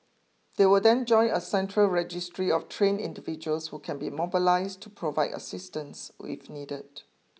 they will then join a central registry of trained individuals who can be mobilised to provide assistance if needed